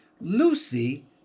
Lucy